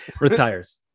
Retires